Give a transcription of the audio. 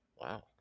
Wow